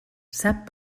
sap